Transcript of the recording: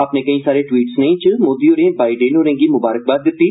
अपने मते सारे ट्वीट स्नेह च मोदी होरें बाइडेन होरें गी मुंबारकबाद दिती